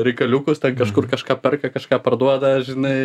reikaliukus kažkur kažką perka kažką parduoda aš žinai